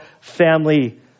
family